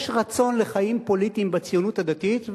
יש רצון לחיים פוליטיים בציונות הדתית,